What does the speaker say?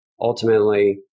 ultimately